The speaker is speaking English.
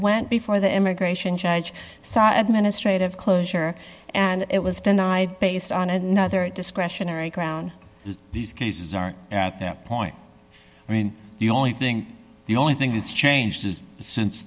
went before the immigration judge saw administrative closure and it was denied based on another discretionary ground if these cases are at that point i mean the only thing the only thing that's changed is